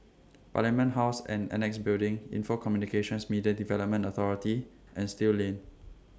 Parliament House and Annexe Building Info Communications Media Development Authority and Still Lane